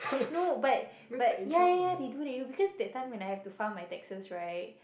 no but but ya ya ya they do they do because that time when I have to file my taxes right